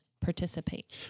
participate